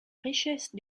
richesse